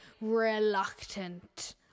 reluctant